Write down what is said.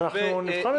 אז אנחנו נבחן את זה,